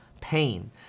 pain